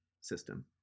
system